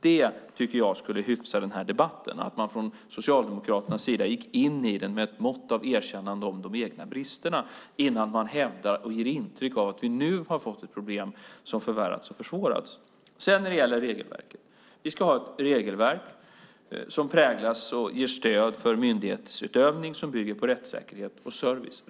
Det skulle hyfsa debatten om man från socialdemokratisk sida gick in i den med ett mått av erkännande om de egna bristerna innan man hävdar och ger intryck av att vi nu har fått ett problem som förvärrats och försvårats. Vi ska ha ett regelverk som präglas av och ger stöd för myndighetsutövning som bygger på rättssäkerhet och service.